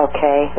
Okay